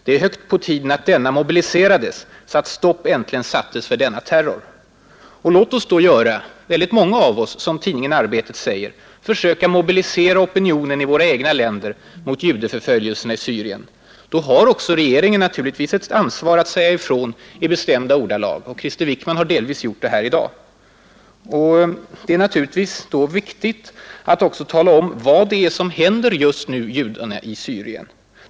Det är högt på tiden att denna mobiliserades, så att stopp äntligen sattes för denna terror.” Låt oss då göra, många av oss, som tidningen Arbetet säger: försöka mobilisera opinionen i våra egna länder mot judeförföljelserna i Syrien. Då har naturligtvis regeringen ett stort ansvar att säga ifrån i bestämda ordalag, och det har Krister Wickman delvis gjort här i dag. Det är då också viktigt att beskriva vad som just nu händer judarna i Syrien.